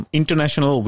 International